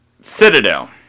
Citadel